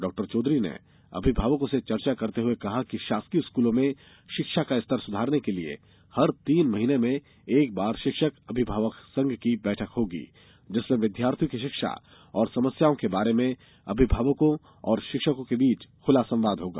डॉ चौधरी ने अभिभावकों से चर्चा करते हुए कहा कि शासकीय स्कूलों में शिक्षा का स्तर सुधारने के लिये हर तीन माह में एक बार शिक्षक अभिभावक संघ की बैठक होगी जिसमें विद्यार्थियों की शिक्षा और समस्याओं के बारे में अभिभावकों और शिक्षकों के बीच खुला संवाद होगा